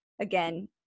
again